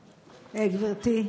גברתי,